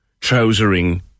trousering